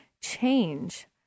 change